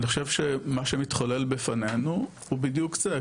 אני חושב שמה שמתחולל בפנינו הוא בדיוק זה.